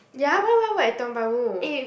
ya why would I work at Tiong-Bahru